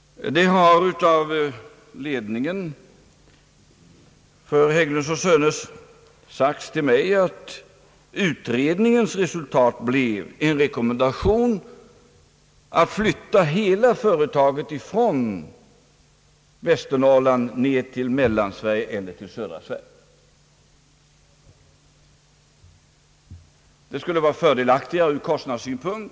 Det har av ledningen för Hägglund & Söner sagts mig, att utredningens resultat blev en rekommendation att flytta hela företaget från Västernorrland till Mellansverige eller till södra Sverige. Det skulle vara fördelaktigare ut kostnadssynpunkt.